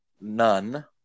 none